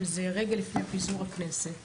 שזה רגע לפני פיזור הכנסת,